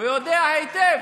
ויודע היטב